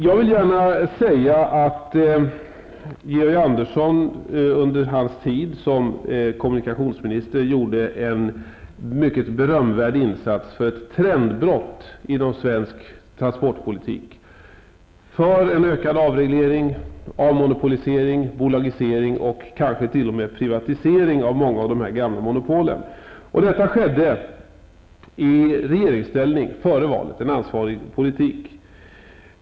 Jag vill gärna säga att Georg Andersson under sin tid som kommunikationsminister gjorde en mycket berömvärd insats för ett trendbrott inom svensk transportpolitik, för en ökad avreglering, avmonopolisering, bolagisering och kanske t.o.m. Detta skedde i regeringsställning före valet, och det var en ansvarsfull politik.